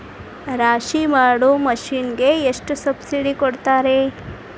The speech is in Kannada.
ರಾಶಿ ಮಾಡು ಮಿಷನ್ ಗೆ ಎಷ್ಟು ಸಬ್ಸಿಡಿ ಕೊಡ್ತಾರೆ?